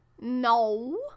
No